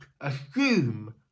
assume